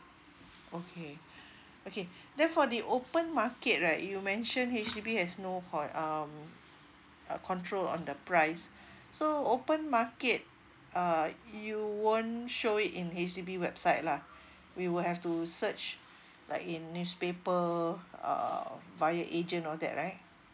okay okay then for the open market right you mention H_D_B has no um uh control on the price so open market uh you won't show it in H_D_B website lah we will have to search like in newspaper uh via agent all that right